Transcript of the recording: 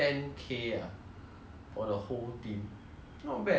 not bad if ten K and then this game is played by five mah in a team